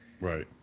Right